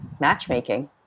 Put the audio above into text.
matchmaking